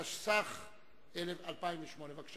התשס"ח 2008. בבקשה,